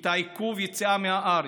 את עיכוב היציאה מהארץ,